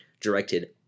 directed